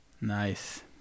Nice